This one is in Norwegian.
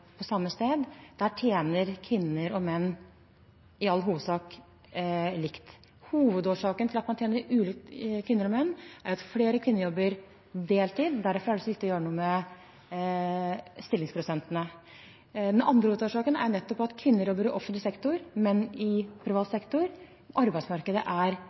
på samme sted. Der tjener kvinner og menn i all hovedsak likt. Hovedårsaken til at kvinner og menn tjener ulikt, er at flere kvinner jobber deltid. Derfor er det så viktig å gjøre noe med stillingsprosentene. Den andre årsaken er at kvinner jobber i offentlig sektor, menn i privat sektor. Arbeidsmarkedet er